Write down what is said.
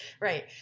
Right